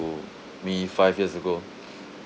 me five years ago